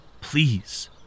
Please